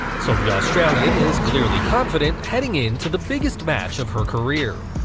so the australian is clearly confident, heading into the biggest match of her career.